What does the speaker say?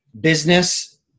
business